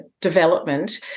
development